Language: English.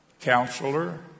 Counselor